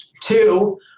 Two